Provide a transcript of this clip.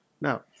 Now